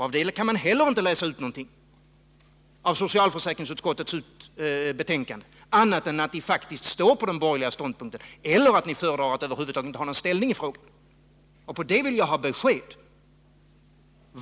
Om det kan man inte heller läsa ut någonting ur socialförsäkringsutskottets betänkande, annat än att ni faktiskt står på den borgerliga ståndpunkten eller föredrar att över huvud taget inte ta någon ställning i frågan. På denna punkt vill jag ha besked.